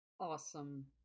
Awesome